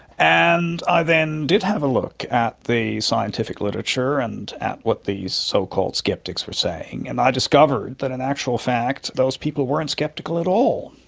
and i then did have a look at the scientific literature and at what these so-called sceptics were saying, and i discovered that in actual fact those people weren't sceptical at all,